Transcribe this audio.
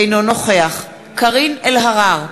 אינו נוכח קארין אלהרר,